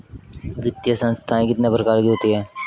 वित्तीय संस्थाएं कितने प्रकार की होती हैं?